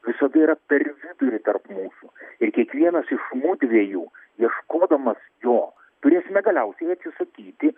visada yra per vidurį tarp mūsų ir kiekvienas iš mudviejų ieškodamas jo turėsime galiausiai atsisakyti